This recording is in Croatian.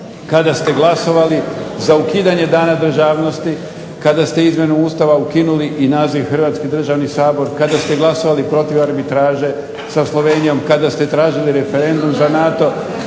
kada ste glasovali za ukidanje Dana državnosti, kada ste izmjenom Ustava ukinuli i naziv Hrvatski državni Sabor, kada ste glasovali protiv arbitraže sa Slovenijom, kada ste tražili referendum za NATO